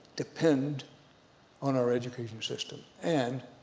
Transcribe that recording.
depend on our educational system. and,